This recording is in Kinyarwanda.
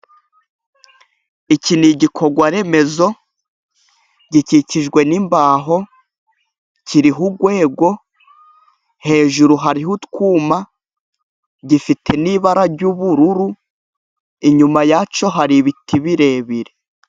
Iki ni igikorwa remezo gikikijwe n'imbaho kiriho urwego, hejuru hariho utwuma gifite n'ibara ry'ubururu ,inyuma yacyo hari ibiti birebire.